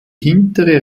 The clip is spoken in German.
hintere